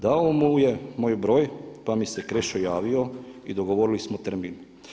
Dao mu je moj broj, pa mi se Krešo javio i dogovorili smo termin.